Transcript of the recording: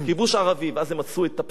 ואז הם עשו את הפשעים החמורים